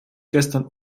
gestern